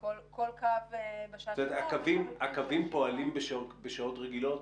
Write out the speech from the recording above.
כל קו בשעה --- הקווים פועלים בשעות רגילות?